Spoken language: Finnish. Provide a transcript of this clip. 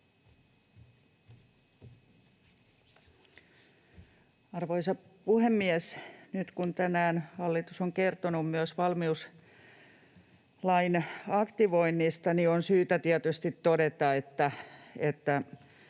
Arvoisa puhemies! Nyt kun tänään hallitus on kertonut myös valmiuslain aktivoinnista, niin on syytä tietysti